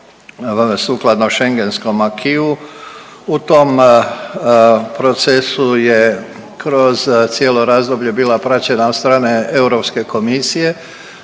sukladno schengeskom AQI-u. U tom procesu je kroz cijelo razdoblje bila praćena od strane Europske komisije